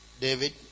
David